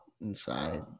inside